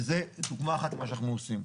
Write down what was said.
וזו דוגמה אחת למה שאנחנו עושים.